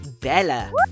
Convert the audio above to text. Bella